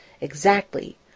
Exactly